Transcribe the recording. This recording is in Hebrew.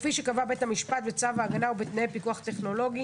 כפי שקבע בית המשפט בצו הגנה בתנאי פיקוח טכנולוגי,